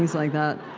like that